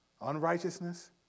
Unrighteousness